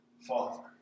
Father